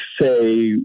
say